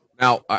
Now